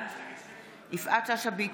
בעד יפעת שאשא ביטון,